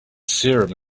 serum